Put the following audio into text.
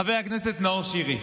חבר הכנסת נאור שירי?